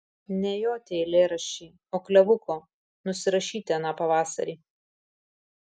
ne jo tie eilėraščiai o klevuko nusirašyti aną pavasarį